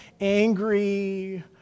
angry